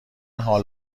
حال